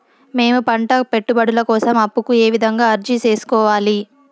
మేము పంట పెట్టుబడుల కోసం అప్పు కు ఏ విధంగా అర్జీ సేసుకోవాలి?